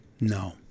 No